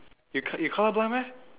you co~ you colour blind meh